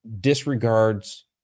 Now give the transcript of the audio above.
disregards